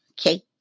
Okay